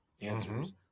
answers